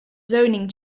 zoning